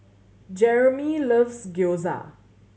Jeromy loves Gyoza